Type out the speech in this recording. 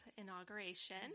inauguration